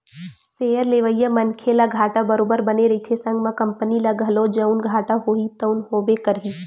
share लेवइया मनखे ल घाटा बरोबर बने रहिथे संग म कंपनी ल घलो जउन घाटा होही तउन होबे करही